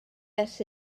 ers